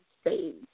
stage